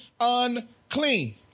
unclean